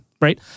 right